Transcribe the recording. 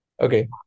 Okay